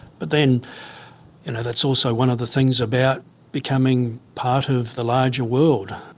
but then you know that's also one of the things about becoming part of the larger world.